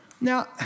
Now